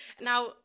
now